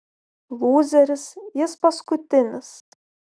lūzeris jis paskutinis